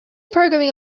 programming